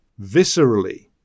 viscerally